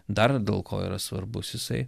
dar dėl ko yra svarbus jisai